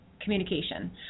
communication